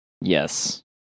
yes